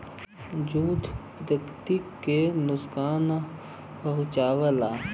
jute प्रकृति के नुकसान ना पहुंचावला